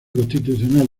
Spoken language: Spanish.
constitucional